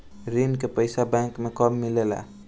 ऋण के पइसा बैंक मे कब मिले ला?